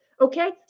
okay